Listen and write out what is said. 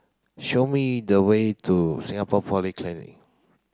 show me the way to Singapore Polytechnic